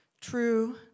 True